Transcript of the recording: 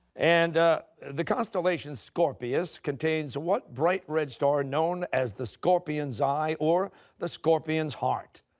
and the constellation scorpius contains what bright red star known as the scorpion's eye, or the scorpion's heart?